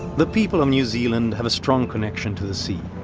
the people of new zealand have a strong connection to the sea,